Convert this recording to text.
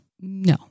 No